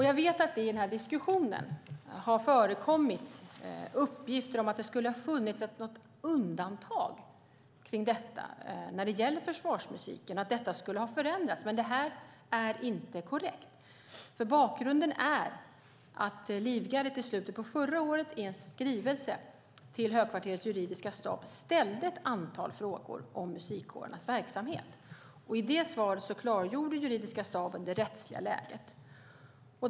Jag vet att det i denna diskussion har förekommit uppgifter om att det skulle ha funnits något undantag kring detta när det gäller försvarsmusiken och att detta skulle ha förändrats. Men det är inte korrekt. Bakgrunden är nämligen att Livgardet i slutet av förra året i en skrivelse till Högkvarterets juridiska stab ställde ett antal frågor om musikkårernas verksamhet. I detta svar klartgjorde juridiska staben det rättsliga läget.